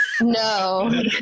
No